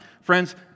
friends